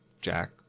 Jack